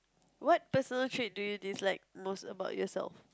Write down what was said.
what personal trait do you dislike most about yourself